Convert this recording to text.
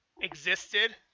existed